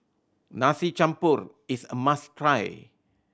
Nasi Campur is a must try